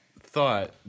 thought